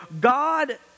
God